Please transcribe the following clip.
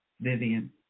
Vivian